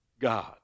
God